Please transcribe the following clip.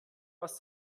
aus